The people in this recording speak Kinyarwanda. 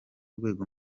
rwego